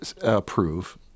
approve